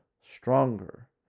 stronger